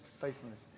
faithfulness